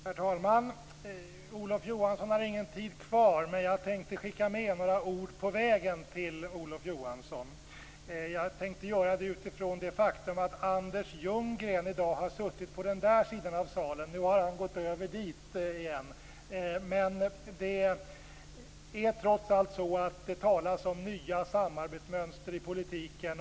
Herr talman! Olof Johansson har ingen taletid kvar. Jag vill ändå skicka med några ord på vägen till honom. Jag tänkte göra det utifrån det faktum att Anders Ljunggren i dag har suttit på regeringssidan här i salen. Nu har han gått över till andra sidan igen. Det talas ju om nya samarbetsmönster i politiken.